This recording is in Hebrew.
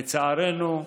לצערנו,